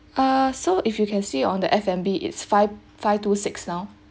uh so if you can see on the F&B it's five five two six now